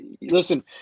listen –